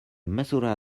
mesura